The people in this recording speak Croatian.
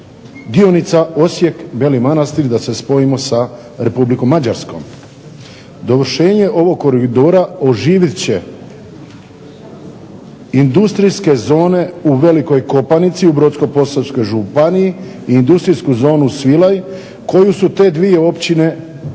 dionica Osijek-Beli Manastir da se spojimo sa Republikom Mađarskom. Dovršenje ovog koridora oživjet će industrijske zone u Velikoj Kopanici u Brodsko-posavskoj županiji i industrijsku zonu Svilaj koju su te dvije općine u